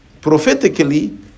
prophetically